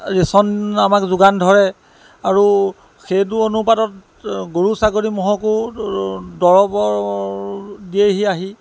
ration আমাক যোগান ধৰে আৰু সেইটো অনুপাতত গৰু ছাগলী ম'হকো দৰবৰ দিয়েহি আহি